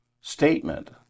statement